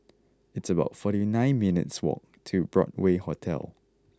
it's about forty nine minutes' walk to Broadway Hotel